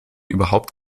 überhaupt